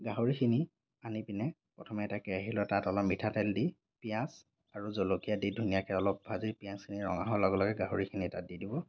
গাহৰিখিনি আনি পিনে প্ৰথমে এটা কেৰাহী লৈ তাত অলপ মিঠাতেল দি পিঁয়াজ আৰু জলকীয়া দি ধুনীয়াকৈ অলপ ভাজি পিঁয়াজখিনি ৰঙা হোৱাৰ লগে লগে গাহৰিখিনি তাত দি দিব